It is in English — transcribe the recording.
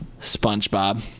spongebob